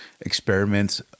experiments